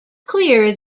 clear